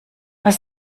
was